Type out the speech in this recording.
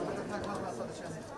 חברי הכנסת והמוזמנים מתבקשים לקום.